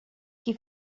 qui